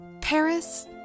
Paris